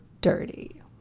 dirty